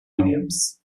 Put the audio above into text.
williams